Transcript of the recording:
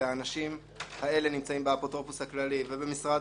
והאנשים האלה נמצאים באפוטרופוס הכללי ובמשרד